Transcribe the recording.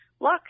look